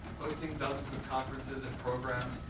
hosting dozens of conferences and programs,